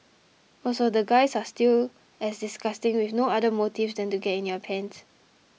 also the guys are still as disgusting with no other motives than to get in your pants